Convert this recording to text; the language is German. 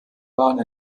waren